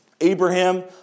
Abraham